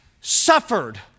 suffered